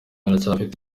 aracyafite